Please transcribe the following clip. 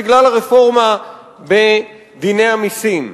בגלל הרפורמה בדיני המסים.